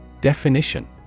Definition